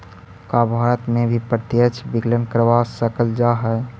का भारत में भी प्रत्यक्ष विकलन करवा सकल जा हई?